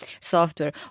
software